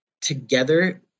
together